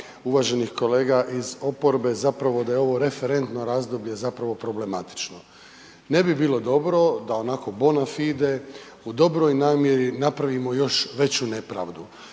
uvaženih kolega iz oporbe zapravo da je ovo referentno razdoblje zapravo problematično. Ne bi bilo dobro da onako bona fide u dobroj namjeri napravimo napravimo još veću nepravdu.